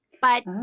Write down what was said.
But-